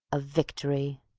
a victory.